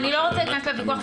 אני לא רוצה להיכנס לוויכוח,